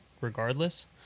regardless